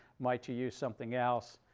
might you use something else?